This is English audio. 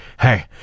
Hey